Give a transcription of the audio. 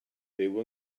byw